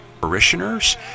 parishioners